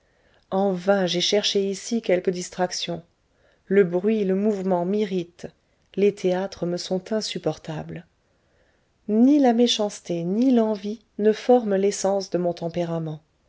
en vain j'ai cherché ici quelques distractions le bruit le mouvement m'irritent les théâtres me sont insupportables ni la méchanceté ni l'envie ne forment l'essence de mon tempérament